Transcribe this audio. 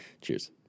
Cheers